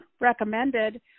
recommended